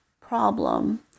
problem